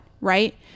Right